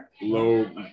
low